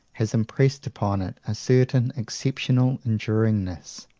has impressed upon it a certain exceptional enduringness.